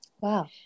Wow